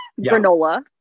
granola